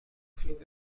مفید